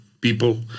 people